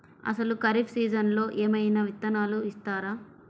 అసలు ఖరీఫ్ సీజన్లో ఏమయినా విత్తనాలు ఇస్తారా?